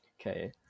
okay